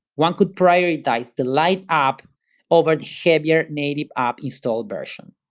one could prioritize the light app over the heavier native app install version.